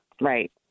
Right